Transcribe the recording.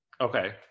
Okay